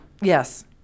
yes